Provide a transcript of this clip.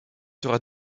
sera